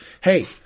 Hey